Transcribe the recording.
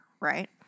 right